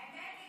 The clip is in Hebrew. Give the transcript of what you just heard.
האמת,